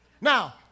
now